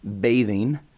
bathing